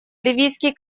ливийский